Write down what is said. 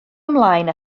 ymlaen